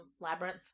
labyrinth